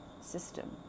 system